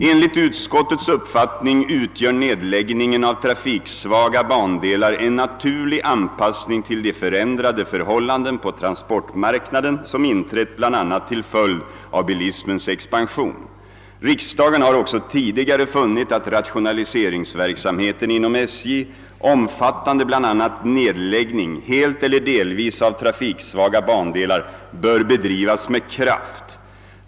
»Enligt utskottets uppfattning utgör nedläggningen av trafiksvaga bandelar en naturlig anpassning till de förändrade förhållanden på transportmarknaden som inträtt bl.a. till följd av bilismens expansion. Riksdagen har också tidigare funnit att rationaliseringsverksamheten inom SJ, omfattande bl.a. nedläggning helt eller delvis av trafiksvaga bandelar, bör bedrivas med kraft.